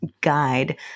guide